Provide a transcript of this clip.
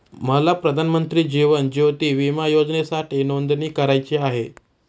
मला प्रधानमंत्री जीवन ज्योती विमा योजनेसाठी नोंदणी करायची आहे